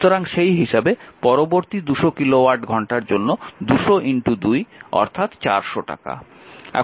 সুতরাং সেই হিসাবে পরবর্তী 200 কিলোওয়াট ঘন্টার জন্য 2002 অর্থাৎ 400 টাকা